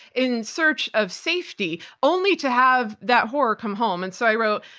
in search of safety only to have that horror come home. and so i wrote,